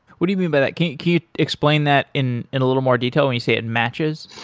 what do you mean by that? can you explained that in in a little more detail when you say it matches?